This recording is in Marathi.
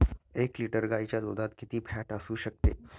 एक लिटर गाईच्या दुधात किती फॅट असू शकते?